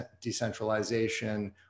decentralization